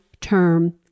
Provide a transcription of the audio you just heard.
term